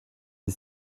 des